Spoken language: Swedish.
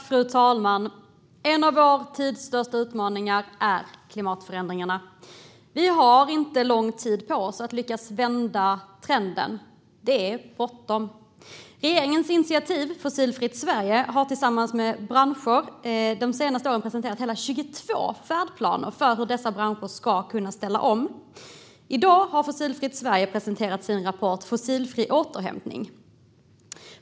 Fru talman! En av vår tids största utmaningar är klimatförändringarna. Vi har inte lång tid på oss att lyckas vända trenden. Det är bråttom. Regeringens initiativ Fossilfritt Sverige har tillsammans med branscher de senaste åren presenterat hela 22 färdplaner för hur dessa branscher ska kunna ställa om. I dag har Fossilfritt Sverige presenterat sin rapport Fossilfri återhämtning .